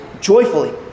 joyfully